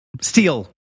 Steel